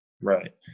Right